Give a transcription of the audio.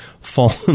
fallen